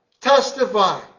Testify